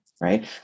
right